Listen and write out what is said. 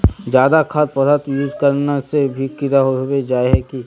ज्यादा खाद पदार्थ यूज करना से भी कीड़ा होबे जाए है की?